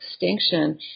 extinction